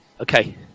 okay